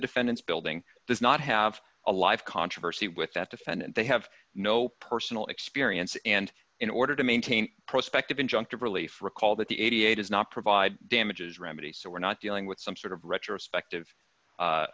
the defendant's building does not have a live controversy with that defendant they have no personal experience and in order to maintain a prospect of injunctive relief recall that the eighty eight is not provide damages remedy so we're not dealing with some sort of retrospective